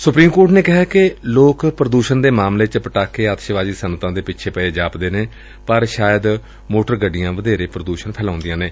supreme court ਨੇ ਕਿਹੈ ਕਿ ਲੋਕ ਪ੍ਰਦੂਸ਼ਣ ਦੇ ਮਾਮਲੇ ਚ ਪਟਾਕੇ ਅਤਿਸ਼ਬਾਜ਼ੀ ਸਨੱਅਤਾਂ ਦੇ ਪਿੱਛੇ ਪਏ ਜਾਪਦੇ ਨੇ ਪਰ ਸ਼ਾਇਦ ਮੋਟਰ ਗੱਡੀਆਂ ਵਧੇਰੇ ਪ੍ਦੂਸ਼ਣ ਫੈਲਾਉਂਦੀਆਂ ਨੇ